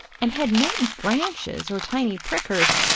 and had no branches or tiny prickers,